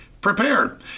prepared